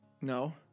No